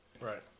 Right